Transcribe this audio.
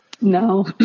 No